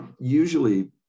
usually